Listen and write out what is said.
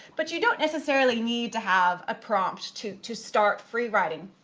but you don't necessarily need to have a prompt to to start freewriting.